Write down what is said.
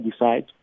decide